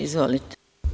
Izvolite.